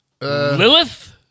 Lilith